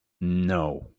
No